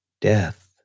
death